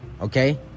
Okay